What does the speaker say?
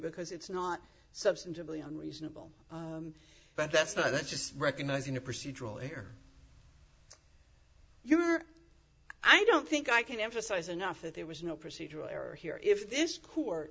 because it's not substantively unreasonable but that's that's just recognizing a procedural error you're i don't think i can emphasize enough that there was no procedural error here if this co